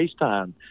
FaceTime